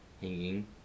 hanging